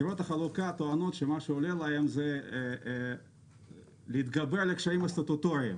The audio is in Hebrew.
חברות החלוקה טוענות שמה שעולה להן זה להתגבר על הקשיים הסטטוטוריים.